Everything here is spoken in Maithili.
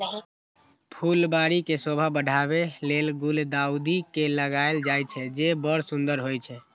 फुलबाड़ी के शोभा बढ़ाबै लेल गुलदाउदी के लगायल जाइ छै, जे बड़ सुंदर होइ छै